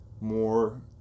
More